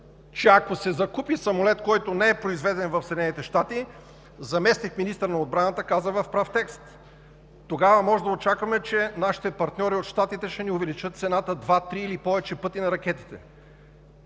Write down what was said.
че ако се закупи самолет, който не е произведен в Съединените щати, заместник-министърът на отбраната каза в прав текст – тогава можем да очакваме, че нашите партньори от Щатите ще ни увеличат цената на ракетите